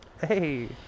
Hey